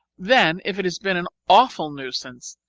then if it has been an awful nuisance,